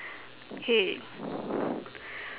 okay